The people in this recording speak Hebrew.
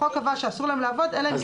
החוק קבע שאסור להם לעבוד אלא אם --- אז